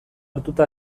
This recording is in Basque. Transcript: hartuta